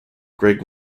greg